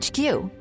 HQ